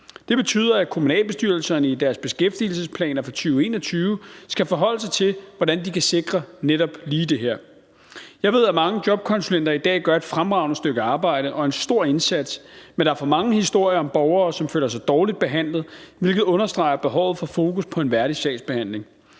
Det betyder, at kommunalbestyrelserne i deres beskæftigelsesplaner for 2021 skal forholde sig til, hvordan de kan sikre netop det her. Jeg ved, at mange jobkonsulenter i dag gør et fremragende stykke arbejde og en stor indsats. Men der er for mange historier om borgere, som føler sig dårligt behandlet, hvilket understreger behovet for fokus på en værdig sagsbehandling.